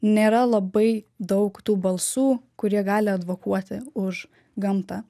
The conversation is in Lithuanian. nėra labai daug tų balsų kurie gali advokuoti už gamtą